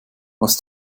was